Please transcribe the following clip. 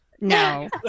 No